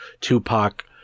Tupac